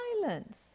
silence